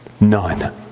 None